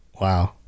wow